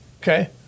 Okay